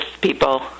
people